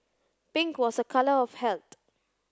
pink was a colour of health